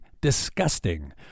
disgusting